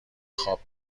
خواب